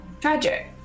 tragic